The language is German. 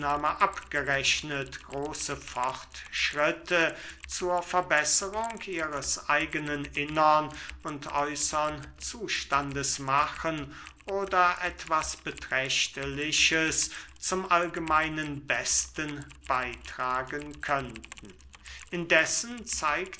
abgerechnet große fortschritte zur verbesserung ihres eigenen innern und äußern zustandes machen oder etwas beträchtliches zum allgemeinen besten beytragen könnten indessen